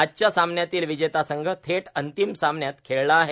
आजच्या सामन्यातील विजेता संघ थेट अंतिम सामन्यात खेळणार आहे